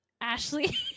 Ashley